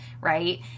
right